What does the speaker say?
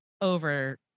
over